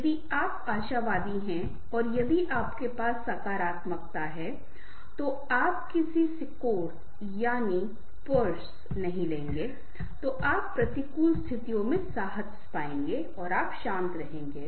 यदि आप आशावादी हैं और यदि आपके पास सकारात्मकता है तो आप कभी सिकोड़पर्स Purs नहीं लेंगे तो आप प्रतिकूल परिस्थितियों में साहस पाएंगे आप शांत होगे